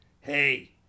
Hey